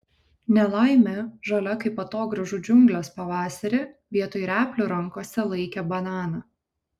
nelaimė žalia kaip atogrąžų džiunglės pavasarį vietoj replių rankose laikė bananą